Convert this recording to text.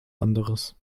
anderes